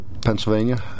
Pennsylvania